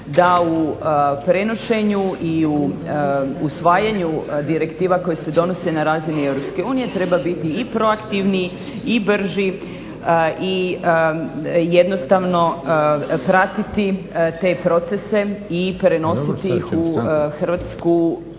da u prenošenju i usvajanju direktiva koje se donose na razini EU treba biti i proaktivniji i brži i jednostavno pratiti te procese i prenositi ih u Hrvatsku